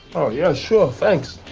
oh yeah, sure. thanks.